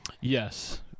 Yes